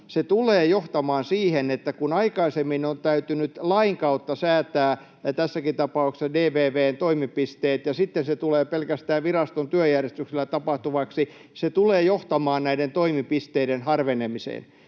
se tulee johtamaan siihen, että kun aikaisemmin on täytynyt lain kautta säätää — tässäkin tapauksessa DVV:n toimipisteet — ja sitten se tulee pelkästään viraston työjärjestyksellä tapahtuvaksi, se tulee johtamaan näiden toimipisteiden harvenemiseen.